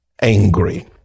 angry